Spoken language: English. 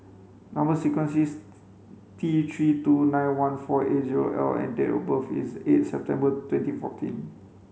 number sequence is T three two nine one four eight zero L and date of birth is eight September twenty forteen